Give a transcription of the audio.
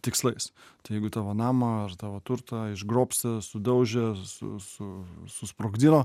tikslais tai jeigu tavo namą ar tavo turtą išgrobstė sudaužė su su susprogdino